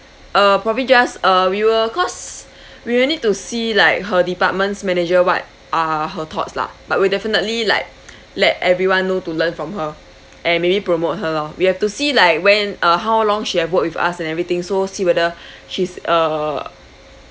uh probably just uh we will cause we will need to see like her departments manager what are her thoughts lah but we'll definitely like let everyone know to learn from her and maybe promote her lor we have to see like when uh how long she had work with us and everything so see whether she's a